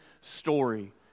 story